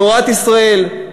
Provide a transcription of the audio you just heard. תורת ישראל.